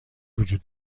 وجود